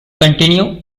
continue